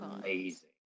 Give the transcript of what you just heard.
amazing